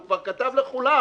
הוא כבר כתב לכולם: